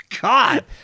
God